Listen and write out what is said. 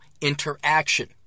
interaction